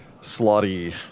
slotty